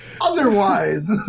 Otherwise